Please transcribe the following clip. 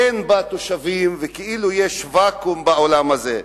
אין בה תושבים, וכאילו יש ואקום בעולם הזה.